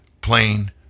plain